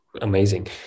Amazing